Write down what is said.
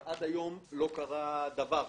אבל עד היום לא קרה דבר.